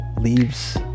leaves